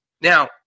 Now